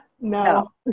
No